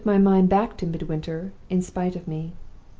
took my mind back to midwinter in spite of me.